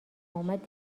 اومد